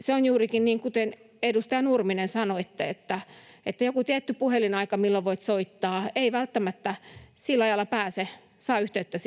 se on juurikin niin kuten, edustaja Nurminen, sanoitte, että jos on joku tietty puhelinaika, milloin voit soittaa, ei välttämättä sillä ajalla saa yhteyttä